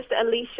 Alicia